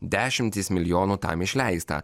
dešimtys milijonų tam išleista